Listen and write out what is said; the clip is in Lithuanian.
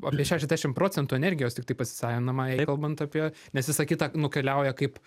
apie šešiasdešim procentų energijos tiktai pasisavinama kalbant apie nes visą kitą nukeliauja kaip